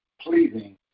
pleasing